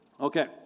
Okay